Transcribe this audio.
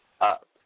up